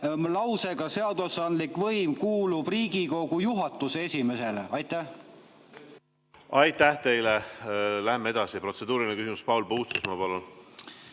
lausega "Seadusandlik võim kuulub Riigikogu juhatuse esimehele"? Aitäh teile! Läheme edasi. Protseduuriline küsimus, Paul Puustusmaa, palun!